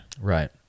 Right